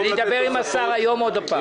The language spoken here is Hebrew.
אדבר היום עם השר פעם נוספת.